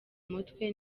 mutwe